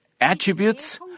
attributes